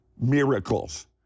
miracles